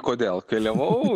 kodėl keliavau